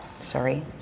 sorry